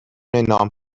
نام